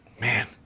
man